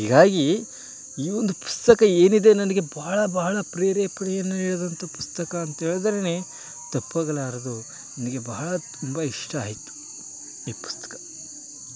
ಹೀಗಾಗಿ ಈ ಒಂದು ಪುಸ್ತಕ ಏನಿದೆ ನನಗೆ ಬಹಳ ಬಹಳ ಪ್ರೇರೇಪಣೆಯನ್ನು ನೀಡಿದಂತಹ ಪುಸ್ತಕ ಅಂತೇಳ್ದ್ರೆ ತಪ್ಪಾಗಲಾರದು ನನಗೆ ಬಹಳ ತುಂಬ ಇಷ್ಟ ಆಯಿತು ಈ ಪುಸ್ತಕ